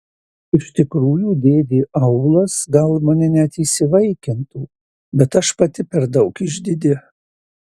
iš tikrųjų dėdė aulas gal mane net įsivaikintų bet aš pati per daug išdidi